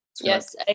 Yes